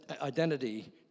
identity